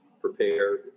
prepared